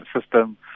system